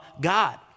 God